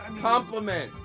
Compliment